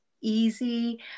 easy